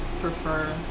prefer